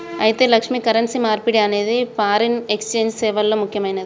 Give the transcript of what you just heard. అయితే లక్ష్మి, కరెన్సీ మార్పిడి అనేది ఫారిన్ ఎక్సెంజ్ సేవల్లో ముక్యమైనది